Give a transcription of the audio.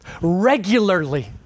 regularly